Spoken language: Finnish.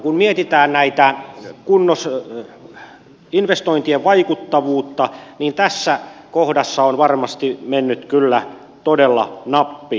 kun mietitään investointien vaikuttavuutta tässä kohdassa on varmasti mennyt kyllä todella nappiin